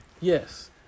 Yes